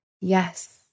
Yes